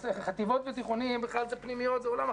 חטיבות ותיכונים זה בכלל פנימיות, זה עולם אחר.